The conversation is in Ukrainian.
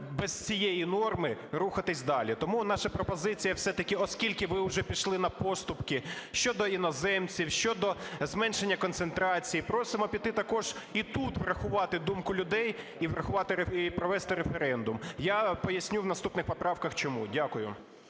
без цієї норми рухатися далі. Тому наша пропозиція все-таки, оскільки ви вже пішли на поступки щодо іноземців, щодо зменшення концентрації, просимо піти також і тут і врахувати думку людей і провести референдум. Я поясню в наступних поправках чому. Дякую.